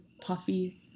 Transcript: puffy